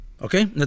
Okay